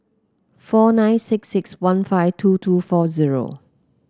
four nine six six one five two two four zero